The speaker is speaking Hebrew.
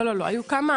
לא, היו כמה.